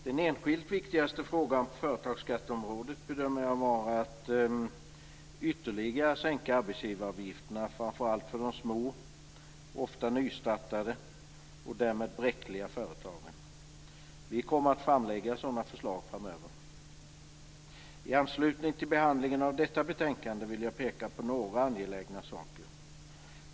Den enskilt viktigaste frågan på företagsskatteområdet bedömer jag vara att ytterligare sänka arbetsgivaravgifterna, framför allt för de små, ofta nystartade och därmed bräckliga företagen. Vi kommer att framlägga sådana förslag framöver. I anslutning till behandlingen av detta betänkande vill jag peka på några angelägna saker.